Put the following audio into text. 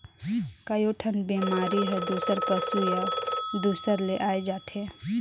कयोठन बेमारी हर दूसर पसु या दूसर ले आये जाथे